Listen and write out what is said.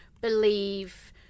believe